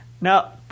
Now